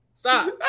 Stop